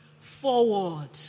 forward